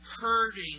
hurting